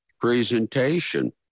presentation